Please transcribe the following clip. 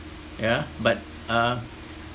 yeah but uh